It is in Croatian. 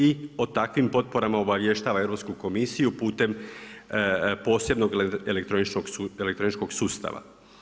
I o takvim potporama obavještava Europsku komisiju putem posebnog elektroničkog sustava.